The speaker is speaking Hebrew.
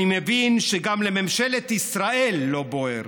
אני מבין שגם לממשלת ישראל לא בוער,